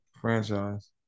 franchise